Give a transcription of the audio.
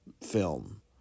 film